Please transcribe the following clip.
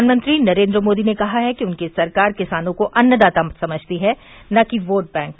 प्रधानमंत्री नरेन्द्र मोदी ने कहा है कि उनकी सरकार किसानों को अन्नदाता समझती है न कि योट बैंक